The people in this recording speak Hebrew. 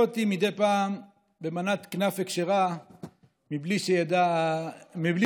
אותי מדי פעם במנת כנאפה כשרה בלי שתדע הדיאטנית.